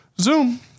Zoom